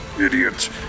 idiot